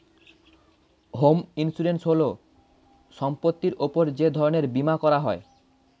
home insurance হল সম্পত্তির উপর যে ধরনের বীমা করা হয়